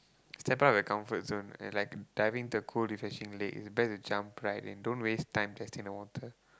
step out of your comfort zone and like diving into a cold refreshing lake it's best to jump right in don't waste time testing the water